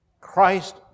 Christ